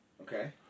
Okay